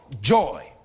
joy